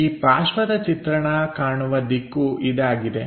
ಈ ಪಾರ್ಶ್ವದ ಚಿತ್ರಣ ಕಾಣುವ ದಿಕ್ಕು ಇದಾಗಿದೆ